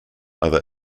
other